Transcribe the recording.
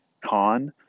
con